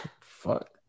fuck